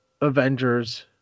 avengers